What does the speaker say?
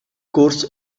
course